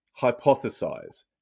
hypothesize